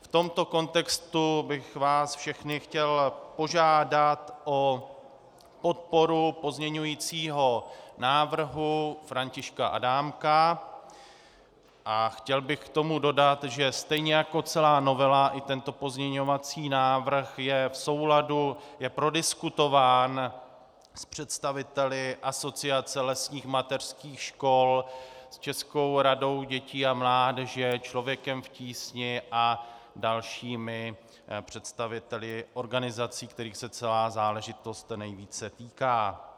V tomto kontextu bych vás všechny chtěl požádat o podporu pozměňujícího návrhu Františka Adámka a chtěl bych k tomu dodat, že stejně jako celá novela, i tento pozměňovací návrh je v souladu, je prodiskutován s představiteli Asociace lesních mateřských škol, s Českou radou dětí a mládeže, Člověkem v tísni a dalšími představiteli organizací, kterých se celá záležitost nejvíce týká.